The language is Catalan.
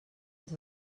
ens